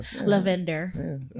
Lavender